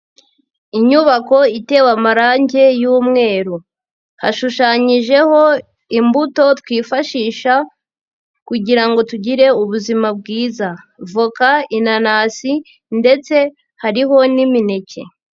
Inyubako itewe amarangi y'umweru. Hashushanyijeho imbuto twifashisha kugirango tugire ubuzima bwiza. Voka, inanasi ndetse hariho n'imineke.